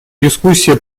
дискуссия